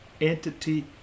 entity